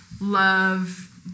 love